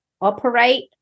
operate